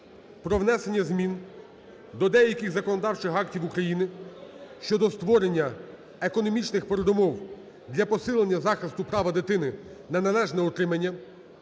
про внесення змін до деяких законодавчих актів України щодо створення економічних передумов для посилення захисту права дитини на належне утримання